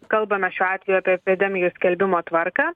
kalbame šiuo atveju apie epidemijų skelbimo tvarką